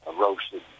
roasted